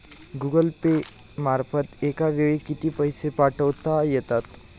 Google Pay मार्फत एका वेळी किती पैसे पाठवता येतात?